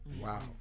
Wow